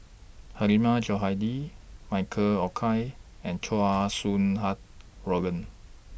Hilmi Johandi Michael Olcomendy and Chow Sau Hai Roland